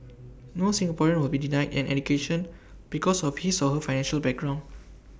no Singaporean will be denied an education because of his or her financial background